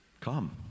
come